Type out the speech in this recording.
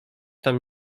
tam